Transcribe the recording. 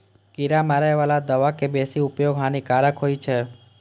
कीड़ा मारै बला दवा के बेसी उपयोग हानिकारक होइ छै